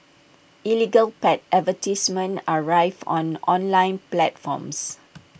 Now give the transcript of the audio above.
illegal pet advertisements are rife on online platforms